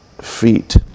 feet